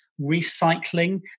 recycling